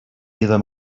either